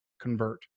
convert